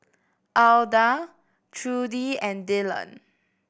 Alda Trudi and Dillan